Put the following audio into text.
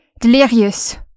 Delirious